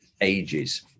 ages